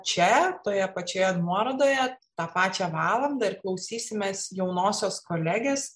čia toje pačioje nuorodoje tą pačią valandą ir klausysimės jaunosios kolegės